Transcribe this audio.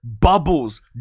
bubbles